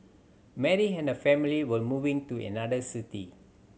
Mary and her family were moving to another city